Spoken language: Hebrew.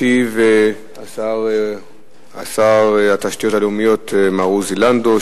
ישיב שר התשתיות הלאומיות מר עוזי לנדאו,